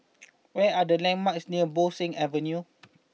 where are the landmarks near Bo Seng Avenue